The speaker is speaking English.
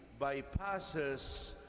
bypasses